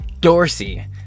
Dorsey